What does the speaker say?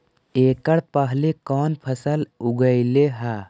एकड़ पहले कौन फसल उगएलू हा?